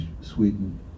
Sweden